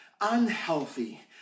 unhealthy